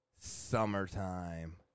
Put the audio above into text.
summertime